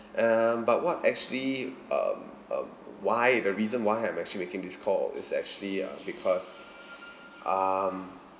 um but what actually um um why the reason why I'm actually making this call is actually uh because um